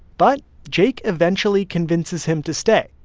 but jake eventually convinces him to stay.